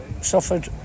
suffered